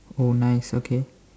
oh nice okay